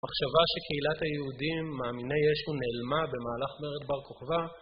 המחשבה שקהילת היהודים מאמיני ישו נעלמה במהלך מרד בר-כוכבא